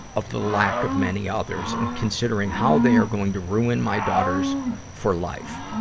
of the lack of many others, in considering how they are going to ruin my daughters for life.